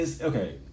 okay